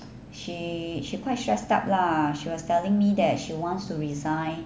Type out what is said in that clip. she she quite stressed out lah she was telling me that she wants to resign